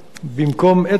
במקום "את החשוד",